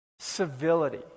civility